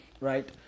right